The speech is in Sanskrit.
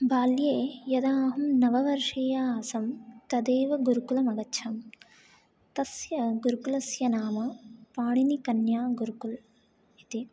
बाल्ये यदा अहं नववर्षीया आसं तदेव गुरुकुलम् अगच्छं तस्य गुरुकुलस्य नाम पाणिनिकन्यागुरुकुलम् इति